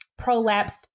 prolapsed